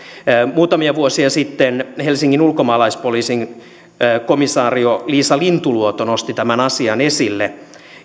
muutamia vuosia sitten helsingin ulkomaalaispoliisin komisario liisa lintuluoto nosti tämän asian esille